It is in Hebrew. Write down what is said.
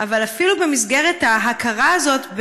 אבל אפילו במסגרת ההכרה הזאת,